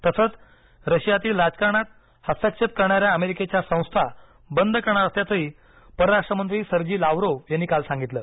तसंच रशियातील राजकारणात हस्तक्षेप करणाऱ्या अमेरिकेच्या संस्था बंद करणार असल्याचंही परराष्ट्र मंत्री सर्जी लाव्हरोव्ह यांनी काल सांगितलं